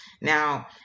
Now